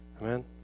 Amen